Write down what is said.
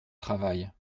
travail